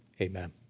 Amen